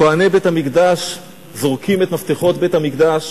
כוהני בית-המקדש זורקים את מפתחות בית-המקדש,